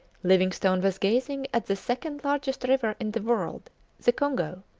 livingstone was gazing at the second-largest river in the world the congo.